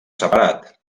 separat